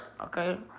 Okay